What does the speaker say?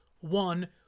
one